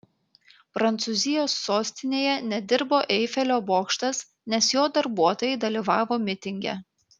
prancūzijos sostinėje nedirbo eifelio bokštas nes jo darbuotojai dalyvavo mitinge